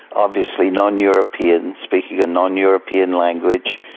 obviously non-europeans, speaking a non-european language,